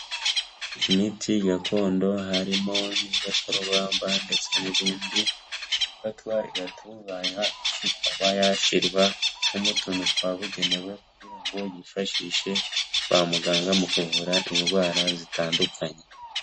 Imiti gakondo harimo nk'ibikakarubamba ndetse n'ibindi ifatwa igatunganywa ikaba yashyirwa mu tuntu twabugenewe kugirango yifashishe kwa muganga mu kuvura indwara zitandukanye.